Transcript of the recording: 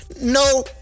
no